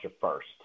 first